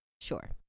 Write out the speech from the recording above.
sure